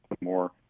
more